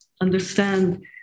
understand